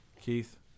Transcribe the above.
Keith